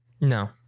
No